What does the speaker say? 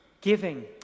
giving